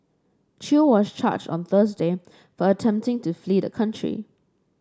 Chew was charged on Thursday for attempting to flee the country